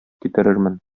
китерермен